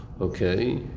Okay